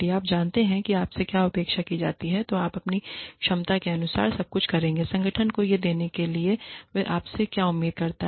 यदि आप जानते हैं कि आपसे क्या अपेक्षा की जाती है तो आप अपनी क्षमता के अनुसार सब कुछ करेंगे संगठन को यह देने के लिए कि वह आपसे क्या उम्मीद करता है